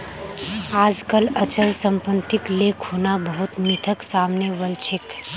आजकल अचल सम्पत्तिक ले खुना बहुत मिथक सामने वल छेक